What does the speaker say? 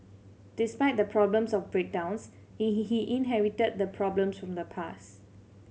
despite the problems of breakdowns he he he inherited the problems from the past